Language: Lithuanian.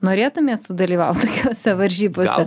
norėtumėt sudalyvaut tokiose varžybose